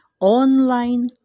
online